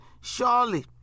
surely